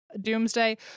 Doomsday